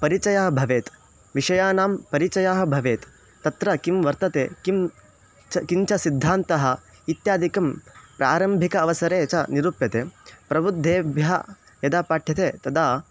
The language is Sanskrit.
परिचयः भवेत् विषयानां परिचयः भवेत् तत्र किं वर्तते किं च किञ्च सिद्धान्तः इत्यादिकं प्रारम्भिकावसरे च निरूप्यते प्रबुद्धेभ्यः यदा पाठ्यते तदा